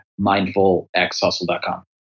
mindfulxhustle.com